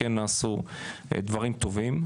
כן נעשו דברים טובים,